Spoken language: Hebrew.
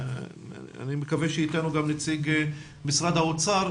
אני מקווה שאיתנו גם נציג משרד האוצר,